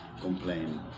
Complain